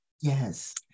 Yes